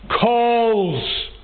Calls